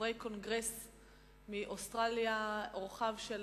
חברי קונגרס מאוסטרליה, אורחיו של